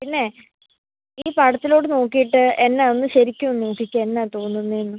പിന്നെ ഈ പടത്തിലോട്ട് നോക്കിയിട്ട് എന്താ ഒന്ന് ശരിക്കും നോക്കിക്കേ എന്താ തോന്നുന്നത് എന്ന്